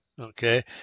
Okay